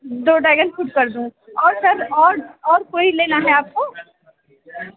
दो dragon fruit कर दूँ और सर और और कोई लेना है आपको